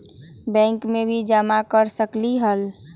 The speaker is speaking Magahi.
बैंक में भी जमा कर सकलीहल?